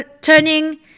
turning